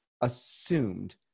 assumed